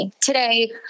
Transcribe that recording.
Today